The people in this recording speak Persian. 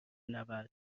نود